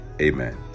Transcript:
amen